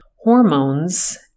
hormones